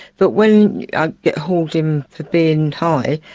but when i'd get hauled in for being high,